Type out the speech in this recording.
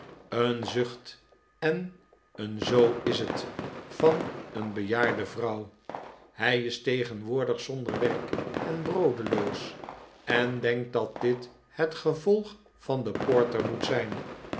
hij is tegenwoordig zonder werk en broodeloos en denkt dat dit het gevolg van de porter moet zijn